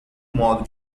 modo